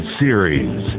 series